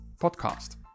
podcast